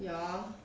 ya